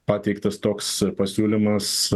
pateiktas toks pasiūlymas